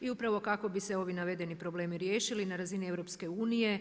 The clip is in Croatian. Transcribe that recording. I upravo kako bi se ovi navedeni problemi riješili na razini EU.